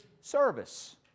service